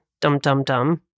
dum-dum-dum